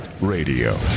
Radio